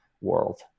world